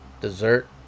dessert